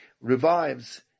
revives